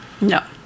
No